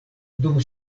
dum